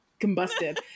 combusted